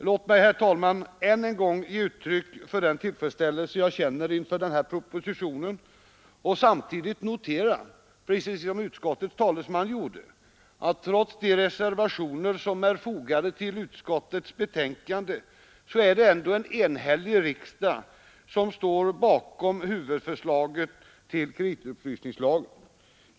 Låt mig, herr talman, än en gång ge uttryck för den tillfredsställelse jag känner inför denna proposition och samtidigt notera, precis som utskottets talesman gjorde, att trots de reservationer som är fogade till utskottets betänkande ändå en enhällig riksdag står bakom huvud förslagen till kreditupplysningslagen.